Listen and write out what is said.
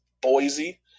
Boise